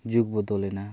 ᱡᱩᱜᱽ ᱵᱚᱫᱚᱞᱮᱱᱟ